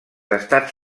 estats